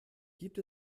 gibt